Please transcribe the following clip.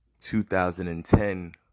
2010